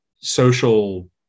social